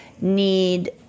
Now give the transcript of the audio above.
need